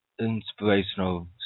inspirational